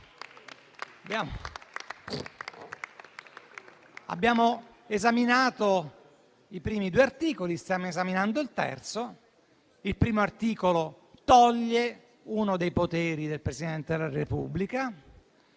Abbiamo esaminato i primi due articoli, stiamo esaminando il terzo. Il primo articolo toglie uno dei poteri del Presidente della Repubblica;